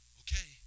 okay